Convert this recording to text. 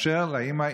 לאפשר לאימא,